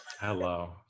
Hello